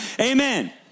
amen